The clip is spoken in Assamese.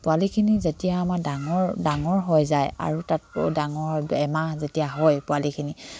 পোৱালিখিনি যেতিয়া আমাৰ ডাঙৰ ডাঙৰ হৈ যায় আৰু তাতকৈ ডাঙৰ এমাহ যেতিয়া হয় পোৱালিখিনি